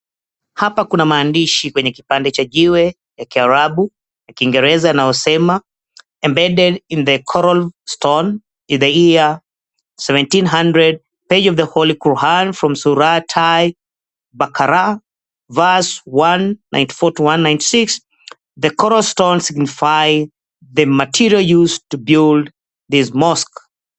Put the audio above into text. Hapa kuna maandishi kwenye kipande cha jiwe ya Kiarabu, ya Kiingereza yanayosema, "Embedded in the coral stone in the year 1700, page of the holy Quran from Surat Tai Bakara verse 194 to 196. The coral stone signifies the material used to build this mosque ."